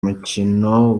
mukino